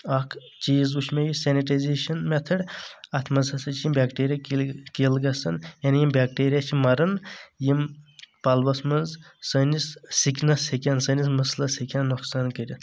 اکھ چیٖز وُچھ مےٚ یہِ سینٹایزیشن میٚتھڈ اَتھ منٛز ہسا چھ یِم بیٚکٹریہ کِل گژھان یعنی یِم بیٚکٹیٖریہ چھِ مران یِم پَلوس منٛز سأنِس سِکنس ہیٚکن سأنِس مُسلس ہیٚکن نۄقصان کٔرِتھ